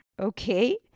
Okay